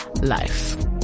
life